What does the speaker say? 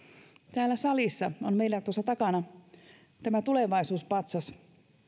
täällä salissa on meillä tuossa takana tulevaisuus patsas